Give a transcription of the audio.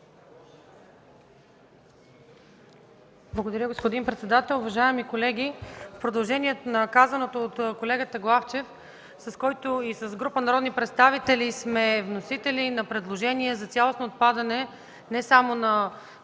Благодаря, господин председател. Уважаеми колеги, в продължение на казаното от колегата Главчев, с когото и с група народни представители сме вносители на предложение за цялостно отпадане – не само на